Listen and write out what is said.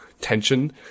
tension